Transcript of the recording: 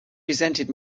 resented